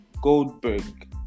Goldberg